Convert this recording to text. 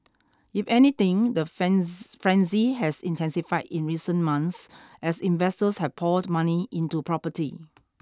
if anything the frenzy has intensified in recent months as investors have poured money into property